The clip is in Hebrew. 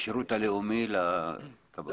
השירות הלאומי והשירות האזרחי.